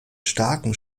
starken